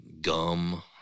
gum